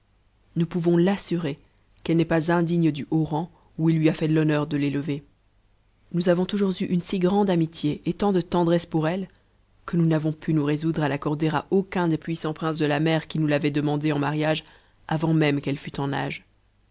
nous pouvons l'assurer qu'elle n'est pas indice du haut rang où il lui a fait l'honneur de l'élever nous avons toujours eu une si grande amitié et tant de tendresse pour elle que nous n'avons pu nous résoudre à t'accorder à aucun des puissants princes de la mer qui hous l'avaient demandée en mariage avant même qu'elle fût en âge